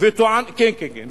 כן, כן.